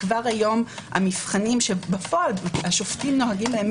כבר היום המבחנים שבפועל השופטים נוהגים בהם,